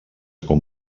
com